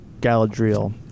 Galadriel